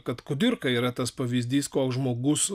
kad kudirka yra tas pavyzdys koks žmogus